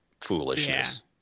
foolishness